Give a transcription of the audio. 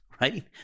right